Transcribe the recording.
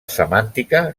semàntica